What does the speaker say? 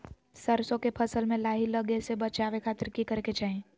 सरसों के फसल में लाही लगे से बचावे खातिर की करे के चाही?